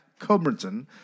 Coburnson